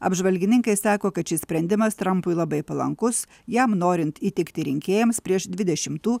apžvalgininkai sako kad šis sprendimas trampui labai palankus jam norint įtikti rinkėjams prieš dvidešimtų